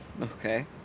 Okay